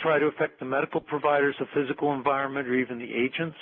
try to affect the medical providers, the physical environment, or even the agents.